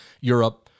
Europe